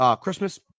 Christmas